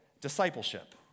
discipleship